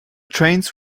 trains